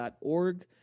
org